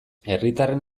herritarren